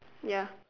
ya